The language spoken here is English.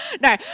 No